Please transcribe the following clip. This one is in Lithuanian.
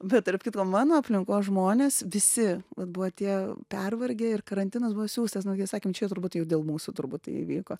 bet tarp kitko mano aplinkos žmonės visi buvo tie pervargę ir karantinas buvo siųstas nu ir sakėm čia turbūt jau dėl mūsų turbūt tai įvyko